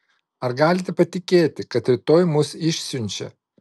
ar galite patikėti kad rytoj mus išsiunčia